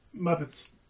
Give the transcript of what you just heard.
Muppet's